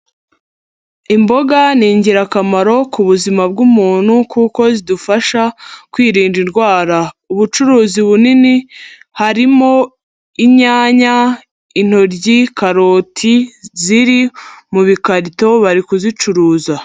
Imboga ni ingirakamaro ku buzima bw'umuntu kuko zidufasha kwirinda indwara, ubucuruzi bunini harimo inyanya, intoryi, karoti ziri mu bikarito bari kuzicuruza.